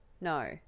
no